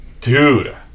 Dude